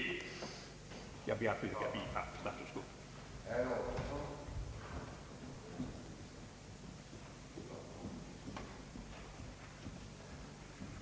Jag ber, herr talman, att få yrka bifall till statsutskottets hemställan.